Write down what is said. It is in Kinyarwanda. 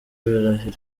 barahari